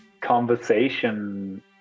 conversation